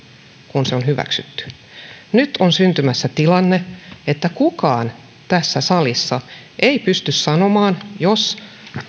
kun se on hyväksytty nyt on syntymässä tilanne että kukaan tässä salissa ei pysty sanomaan jos